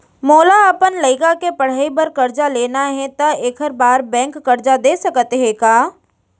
मोला अपन लइका के पढ़ई बर करजा लेना हे, त एखर बार बैंक करजा दे सकत हे का?